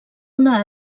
una